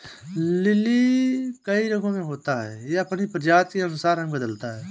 lily कई रंगो में होता है, यह अपनी प्रजाति के अनुसार रंग बदलता है